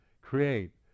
create